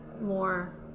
more